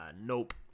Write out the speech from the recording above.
nope